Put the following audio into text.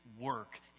work